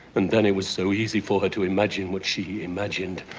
and then it was so easy for her to imagine what she imagined.